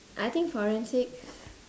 I think forensics